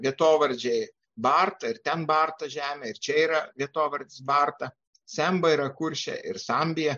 vietovardžiai barta ir ten barta žemė ir čia yra vietovardis bartą semba yra kurše ir sambija